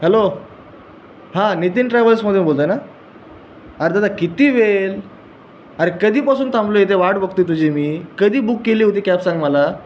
hello हां नितीन ट्रॅवल्समधून बोलत आहे ना अरे दादा किती वेळ अरे कधीपासून थांबलो इथे वाट बघत आहे तुझी मी कधी बूक केली होती कॅब सांग मला